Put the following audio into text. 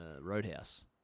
Roadhouse